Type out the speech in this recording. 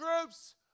groups